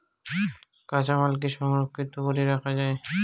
কাঁচামাল কি সংরক্ষিত করি রাখা যায়?